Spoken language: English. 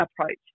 approach